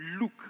look